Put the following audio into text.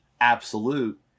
absolute